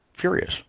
furious